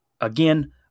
again